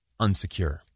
unsecure